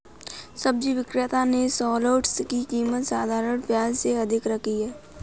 सब्जी विक्रेता ने शलोट्स की कीमत साधारण प्याज से अधिक रखी है